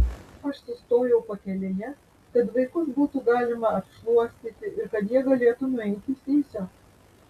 aš sustojau pakelėje kad vaikus būtų galima apšluostyti ir kad jie galėtų nueiti sysio